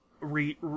re